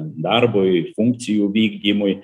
darbui funkcijų vykdymui